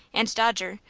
and dodger,